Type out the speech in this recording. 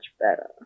better